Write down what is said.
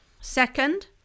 second